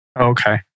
Okay